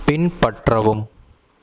பின்பற்றவும்